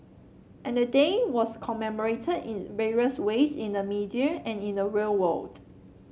and the day was commemorated in various ways in the media and in the real world